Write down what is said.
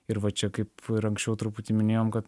ir va čia kaip ir anksčiau truputį minėjom kad